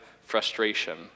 frustration